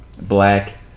Black